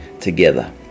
together